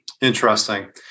interesting